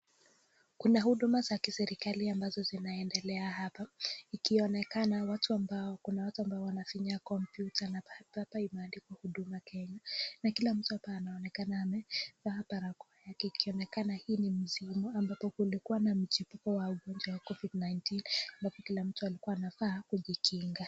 Kuna huduma za kiserekali ambazo zinaendelea hapa, ikionekana kuna watu amabo wanafinya computer na hapa imeandikwa huduma kenya, kila mtu anaonekana amevaa barakoa, ambapo hii ni sehemu na mchipuko wa ungonjwa wa covid 19 alafu kila mtu alikuwa anavaa kujikinga.